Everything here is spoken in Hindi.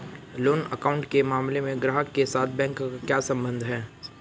लोन अकाउंट के मामले में ग्राहक के साथ बैंक का क्या संबंध है?